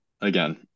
Again